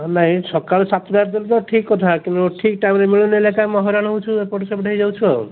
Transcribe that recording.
ହଁ ନାଇଁ ସକାଳୁ ସାତଟାରେ ତ ଠିକ କଥା କିନ୍ତୁ ଠିକ ଟାଇମରେ ମିଳୁନି ଆମେ ହଇରାଣ ହୋଇଯାଉଛୁ ଏପଟ ସେପଟ ହେଇଯାଉଛୁ ଆଉ